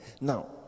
Now